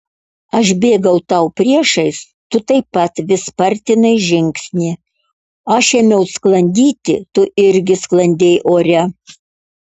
aš bėgau tau priešais tu taip pat vis spartinai žingsnį aš ėmiau sklandyti tu irgi sklandei ore